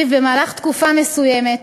שלפיו במהלך תקופה מסוימת